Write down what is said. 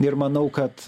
ir manau kad